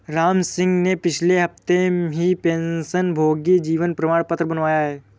रामसिंह ने पिछले हफ्ते ही पेंशनभोगी जीवन प्रमाण पत्र बनवाया है